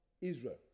Israel